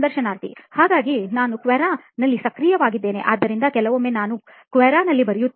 ಸಂದರ್ಶನಾರ್ಥಿಹಾಗಾಗಿ ನಾನು Quora ನಲ್ಲಿ ಸಕ್ರಿಯವಾಗಿದ್ದೇನೆ ಆದ್ದರಿಂದ ಕೆಲವೊಮ್ಮೆ ನಾನು Quora ನಲ್ಲಿ ಬರೆಯುತ್ತೇನೆ